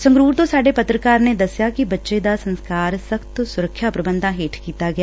ਸੰਗਰੁਰ ਤੋਂ ਸਾਡੇ ਪੱਤਰਕਾਰ ਨੇ ਦਸਿਆ ਕਿ ਬੱਚੇ ਦਾ ਸੰਸਕਾਰ ਸਖ਼ਤ ਸੁਰੱਖਿਆ ਪ੍ਰਬੰਧਾਂ ਹੇਠ ਕੀਤਾ ਗਿਆ